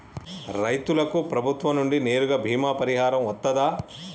రైతులకు ప్రభుత్వం నుండి నేరుగా బీమా పరిహారం వత్తదా?